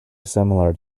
similar